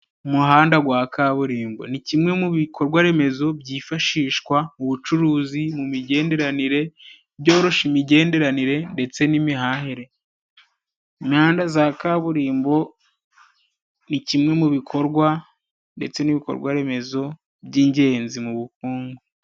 Umuhanda gwa kaburimbo. Ni kimwe mu bikorwa remezo byifashishwa mu bucuruzi mu migenderanire. Byoroshya imigenderanire ndetse n'imihahire. Imihanda za kaburimbo ni kimwe mu bikorwa ndetse n'ibikorwaremezo by'ingenzi mu bukungu.